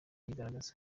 yigaragaza